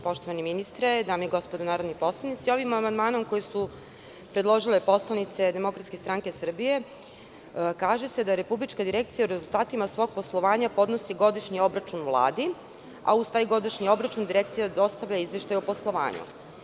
Poštovani ministre, dame i gospodo narodni poslanici, ovim amandmanom koji su predložili poslanici DSS kaže se da Republička direkcija o rezultatima svog poslovanja podnosi godišnji obračun Vladi, a uz taj godišnji obračun Direkcija dostavlja i izveštaj o poslovanju.